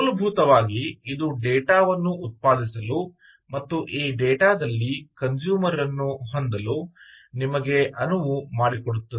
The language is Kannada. ಮೂಲಭೂತವಾಗಿ ಇದು ಡೇಟಾವನ್ನು ಉತ್ಪಾದಿಸಲು ಮತ್ತು ಈ ಡೇಟಾದಲ್ಲಿ ಕನ್ಸೂಮರ್ ರನ್ನು ಹೊಂದಲು ನಿಮಗೆ ಅನುವು ಮಾಡಿಕೊಡುತ್ತದೆ